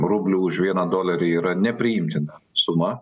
rublio už vieną dolerį yra nepriimtina suma